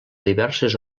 diverses